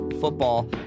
football